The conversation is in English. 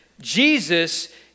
Jesus